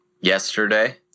Yesterday